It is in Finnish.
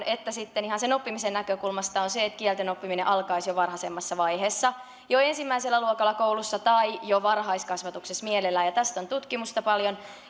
että sitten ihan sen oppimisen näkökulmasta on se että kielten oppiminen alkaisi jo varhaisemmassa vaiheessa jo ensimmäisellä luokalla koulussa tai jo varhaiskasvatuksessa mielellään tästä on tutkimusta paljon